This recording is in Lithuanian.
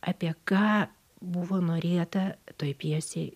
apie ką buvo norėta toj pjesėj